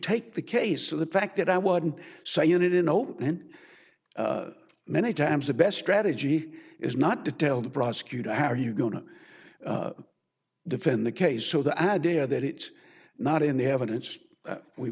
take the case of the fact that i wouldn't say unit in open many times the best strategy is not to tell the prosecutor how are you going to defend the case so the idea that it's not in the evidence